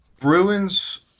Bruins